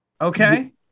Okay